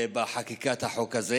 בחקיקת החוק הזה.